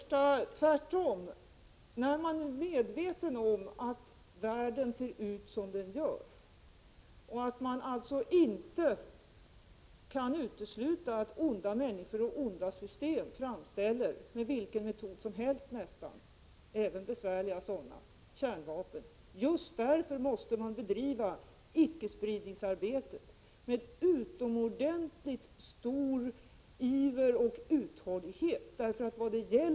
För det första vill jag säga att man tvärtom just därför att världen ser ut som den gör och det alltså inte kan uteslutas att onda människor och onda system framställer kärnvapen — med nästan vilken metod som helst, även besvärliga sådana — måste man med utomordentligt stor iver och uthållighet bedriva icke-spridningsarbetet.